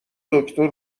دکتر